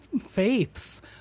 faiths